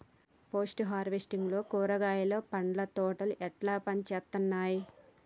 Post harvesting లో కూరగాయలు పండ్ల తోటలు ఎట్లా పనిచేత్తనయ్?